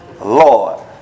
Lord